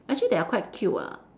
actually they are quite cute [what]